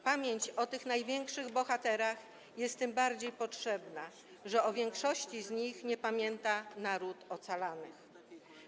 Pamięć o tych największych bohaterach jest tym bardziej potrzebna, że o większości z nich nie pamięta naród ocalały.